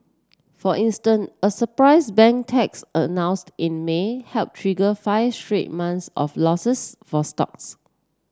for instant a surprise bank tax announce in May helped trigger five straight months of losses for stocks